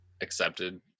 accepted